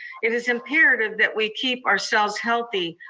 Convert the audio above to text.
it is imperative that we keep ourselves healthy,